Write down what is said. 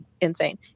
insane